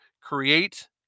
Create